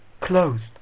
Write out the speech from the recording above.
closed